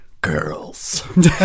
girls